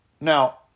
Now